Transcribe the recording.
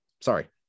sorry